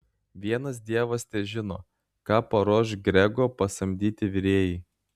vienas dievas težino ką paruoš grego pasamdyti virėjai